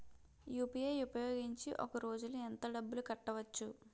UPI ఉపయోగించి ఒక రోజులో ఎంత డబ్బులు కట్టవచ్చు?